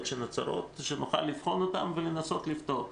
שנוצרות שנוכל לבחון אותן ולנסות לפתור.